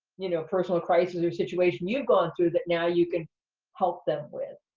you know, personal crisis or situation you've gone through that now you can help them with?